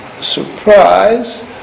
surprise